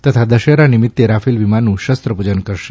તથા દશેરા નિમિત્તે રાફેલ વિમાનનું શસ્ત્રપૂજન કરશે